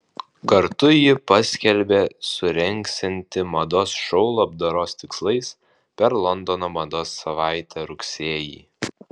kartu ji paskelbė surengsianti mados šou labdaros tikslais per londono mados savaitę rugsėjį